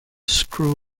screw